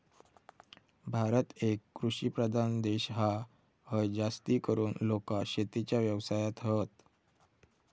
भारत एक कृषि प्रधान देश हा, हय जास्तीकरून लोका शेतीच्या व्यवसायात हत